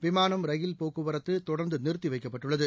விமானம் ரயில் போக்குவரத்து தொடர்ந்து நிறுத்தி வைக்கப்பட்டுள்ளது